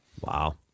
Wow